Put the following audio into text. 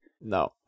No